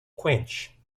quench